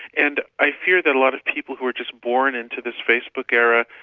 and i fear that a lot of people who are just born into this facebook era,